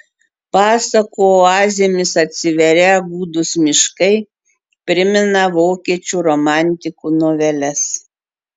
pasakų oazėmis atsiverią gūdūs miškai primena vokiečių romantikų noveles